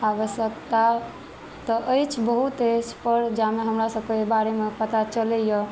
आवश्यकता तऽ अछि बहुत अछि पर जामऽ हमरा सबके बारेमे पता चलैया